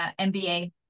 MBA